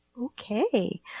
Okay